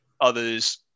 Others